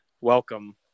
Welcome